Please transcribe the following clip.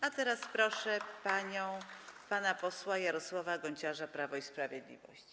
A teraz proszę pana posła Jarosława Gonciarza, Prawo i Sprawiedliwość.